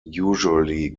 usually